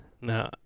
No